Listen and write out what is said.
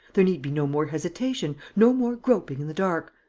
there need be no more hesitation, no more groping in the dark.